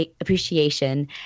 appreciation